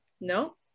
No